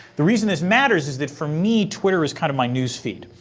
the reason this matters is that for me twitter is kind of my news feed.